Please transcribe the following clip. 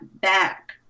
back